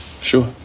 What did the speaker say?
Sure